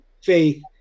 faith